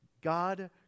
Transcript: God